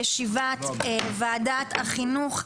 אני מתכבדת לפתוח את ישיבת ועדת החינוך,